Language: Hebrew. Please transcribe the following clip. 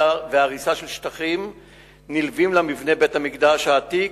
והריסה של שטחים נלווים למבנה בית-המקדש העתיק,